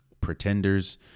pretenders